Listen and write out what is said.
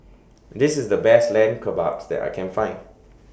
This IS The Best Lamb Kebabs that I Can Find